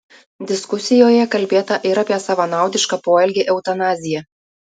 diskusijoje kalbėta ir apie savanaudišką poelgį eutanaziją